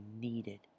needed